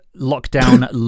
lockdown